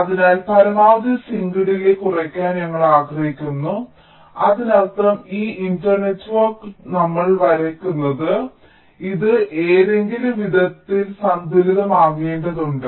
അതിനാൽ പരമാവധി sync delay കുറയ്ക്കാൻ ഞങ്ങൾ ആഗ്രഹിക്കുന്നു അതിനർത്ഥം ഈ ഇന്റർനെറ്റ്വർക്ക് ട്രീ നമ്മൾ വരയ്ക്കുന്നത് ഇത് ഏതെങ്കിലും വിധത്തിൽ സന്തുലിതമാക്കേണ്ടതുണ്ട്